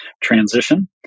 transition